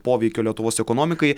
poveikio lietuvos ekonomikai